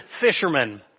fishermen